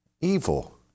evil